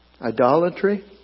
idolatry